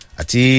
ati